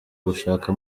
gushaka